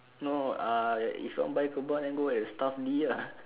no uh if you want buy kebab then go at stuff D ah